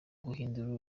guhindura